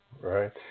Right